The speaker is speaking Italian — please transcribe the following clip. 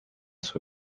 sua